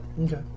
Okay